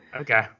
Okay